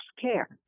care